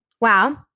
Wow